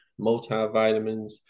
multivitamins